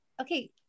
Okay